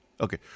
Okay